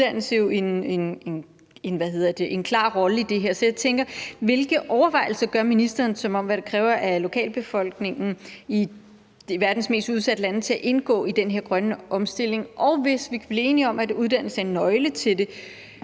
uddannelse jo en klar rolle i det. Så hvilke overvejelser gør ministeren sig om, hvad det kræver af lokalbefolkningen i verdens mest udsatte lande for at indgå i den her grønne omstilling? Og hvis vi kan blive enige om, at uddannelse er en nøgle til det,